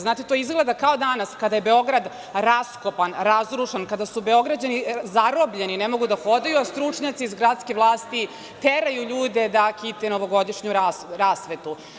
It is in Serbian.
Znate, to izgleda kao danas kada je Beograd raskopan, razrušen, kada su Beograđani zarobljeni, ne mogu da hodaju, a stručnjaci iz gradske vlasti teraju ljude da kite novogodišnju rasvetu.